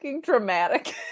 dramatic